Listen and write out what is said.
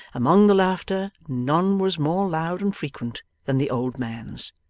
among the laughter none was more loud and frequent than the old man's.